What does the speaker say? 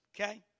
okay